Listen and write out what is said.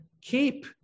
keep